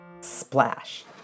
Splash